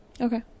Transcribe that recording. Okay